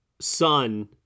son